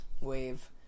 wave